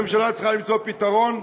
הממשלה צריכה למצוא פתרון.